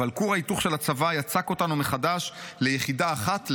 אבל כור ההיתוך של הצבא יצק אותנו מחדש ליחידה אחת,